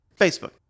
Facebook